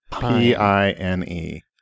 P-I-N-E